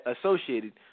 Associated